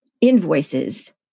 invoices